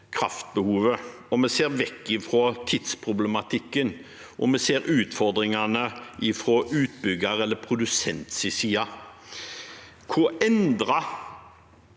kraftbehovet, og vi ser vekk fra tidsproblematikken og ser utfordringene fra utbyggeres eller produsenters side: Hvor endret